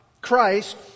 Christ